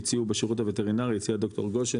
הציעו בשירות הווטרינרי הציע ד"ר גושן